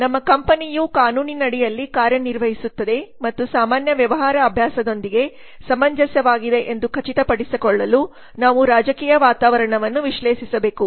ನಮ್ಮ ಕಂಪನಿಯು ಕಾನೂನಿನಡಿಯಲ್ಲಿ ಕಾರ್ಯನಿರ್ವಹಿಸುತ್ತಿದೆ ಮತ್ತು ಸಾಮಾನ್ಯ ವ್ಯವಹಾರ ಅಭ್ಯಾಸದೊಂದಿಗೆ ಸಮಂಜಸವಾಗಿದೆ ಎಂದು ಖಚಿತಪಡಿಸಿಕೊಳ್ಳಲು ನಾವು ರಾಜಕೀಯ ವಾತಾವರಣವನ್ನು ವಿಶ್ಲೇಷಿಸಬೇಕು